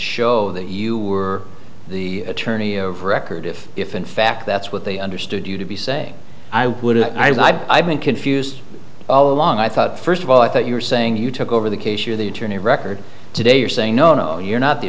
show that you were the attorney of record if if in fact that's what they understood you to be saying i wouldn't i mean confused all along i thought first of all i thought you were saying you took over the case you're the attorney of record today you're saying no no you're not the